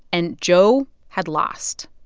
and joe had lost.